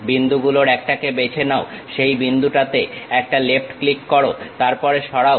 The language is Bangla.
বিন্দু গুলোর একটাকে বেছে নাও সেই বিন্দুটাতে একটা লেফট ক্লিক করো তারপরে সরাও